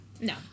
No